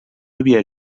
havia